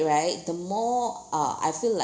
right the more uh I feel like